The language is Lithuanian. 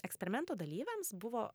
eksperimento dalyviams buvo